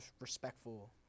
respectful